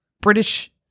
British